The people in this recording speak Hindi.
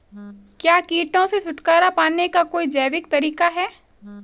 क्या कीटों से छुटकारा पाने का कोई जैविक तरीका है?